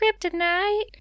kryptonite